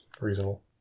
Reasonable